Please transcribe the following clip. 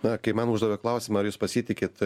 na kai man uždavė klausimą ar jūs pasitikit